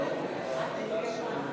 כוח אדם